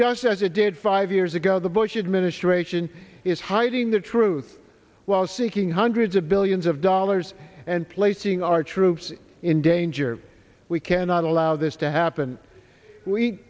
just as it did five years ago the bush administration is hiding the truth while seeking hundreds of billions of dollars and placing our troops in danger we cannot allow this to happen we